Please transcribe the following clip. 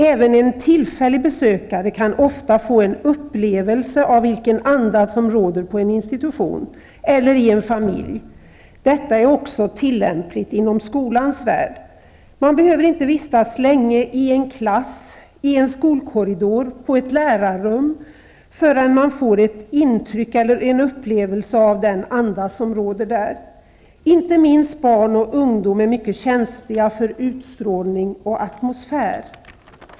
Även en tillfällig besökare kan ofta få en upplevelse av vilken anda som råder på en institution eller i en familj. Detta är också tillämpligt inom skolans värld. Man behöver inte vistas länge i en klass, i en skolkorridor, på ett lärarrum förrän man får ett intryck eller en upplevelse av den anda som råder där. Inte minst barn och ungdomar är mycket känsliga för utstrålning och atmosfär.